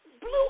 Blue